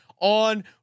on